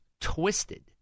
twisted